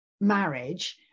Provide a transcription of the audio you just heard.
marriage